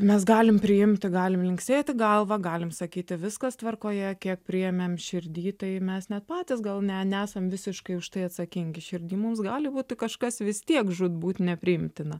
mes galim priimti galim linksėti galva galima sakyti viskas tvarkoje kiek priėmėm širdy tai mes net patys gal ne nesam visiškai už tai atsakingi širdy mums gali būti kažkas vis tiek žūtbūt nepriimtina